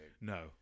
no